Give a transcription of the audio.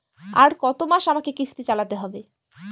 আর কতমাস আমাকে কিস্তি চালাতে হবে?